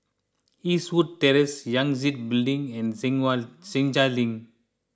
Eastwood Terrace Yangtze Building and Senja Link